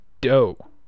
doe